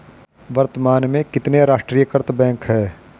वर्तमान में कितने राष्ट्रीयकृत बैंक है?